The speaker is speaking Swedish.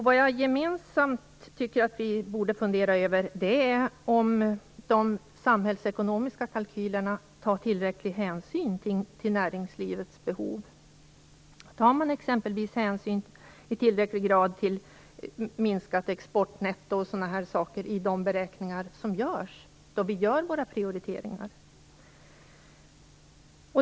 Vad jag tycker att vi gemensamt borde fundera över är om de samhällsekonomiska kalkylerna tar tillräcklig hänsyn till näringslivets behov. Tar man exempelvis i tillräckligt hög grad hänsyn till minskat exportnetto och sådana saker i de beräkningar som ligger till grund för våra prioriteringar?